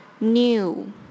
New